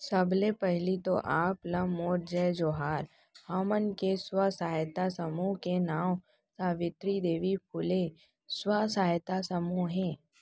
सबले पहिली तो आप ला मोर जय जोहार, हमन के स्व सहायता समूह के नांव सावित्री देवी फूले स्व सहायता समूह हे